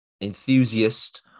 enthusiast